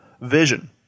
vision